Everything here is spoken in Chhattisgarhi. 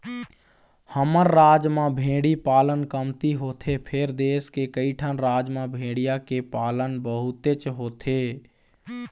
हमर राज म भेड़ी पालन कमती होथे फेर देश के कइठन राज म भेड़िया के पालन बहुतेच होथे